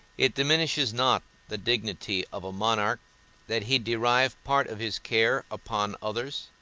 it diminishes not the dignity of a monarch that he derive part of his care upon others